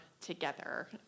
together